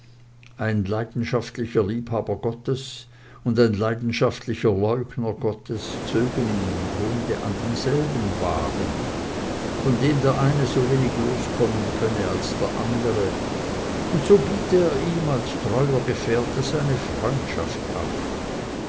ein leidenschaftlicher liebhaber gottes und ein leidenschaftlicher leugner gottes zögen im grunde an demselben wagen von dem der eine sowenig los kommen könne als der andere und so biete er ihm als treuer gefährte seine freundschaft an